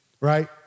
right